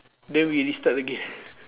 then we restart again